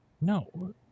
No